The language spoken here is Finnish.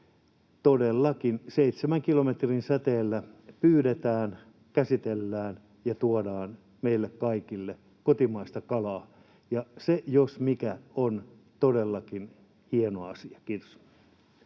Todellakin seitsemän kilometrin säteellä pyydetään, käsitellään ja tuodaan meille kaikille kotimaista kalaa, ja se jos mikä on todellakin hieno asia. — Kiitos.